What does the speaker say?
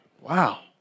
wow